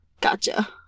gotcha